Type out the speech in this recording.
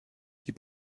die